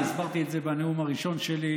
אני הסברתי את זה בנאום הראשון שלי.